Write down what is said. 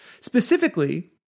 Specifically